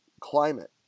climate